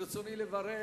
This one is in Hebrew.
ברצוני לברך